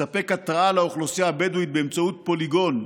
מספק התרעה לאוכלוסייה הבדואית באמצעות פוליגון,